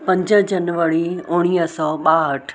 पंज जनवरी उणिवीह सौ ॿाहठि